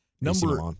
Number